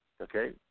okay